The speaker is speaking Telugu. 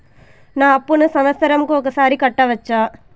నా అప్పును సంవత్సరంకు ఒకసారి కట్టవచ్చా?